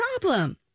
problem